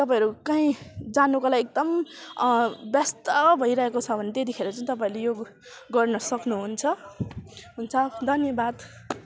तपाईँहरू काँही जानुको लागि एकदम ब्यस्त भइराखेको छ भने त्यतिखेर चाहिँ तपाईँहरूले यो गर्न सक्नु हुन्छ हुन्छ धन्यवाद